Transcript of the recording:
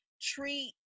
treat